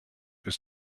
ist